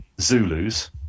Zulus